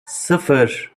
sıfır